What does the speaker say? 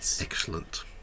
Excellent